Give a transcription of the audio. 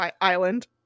island